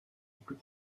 plus